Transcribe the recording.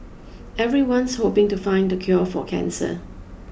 everyone's hoping to find the cure for cancer